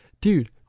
Dude